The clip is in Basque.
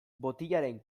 botilaren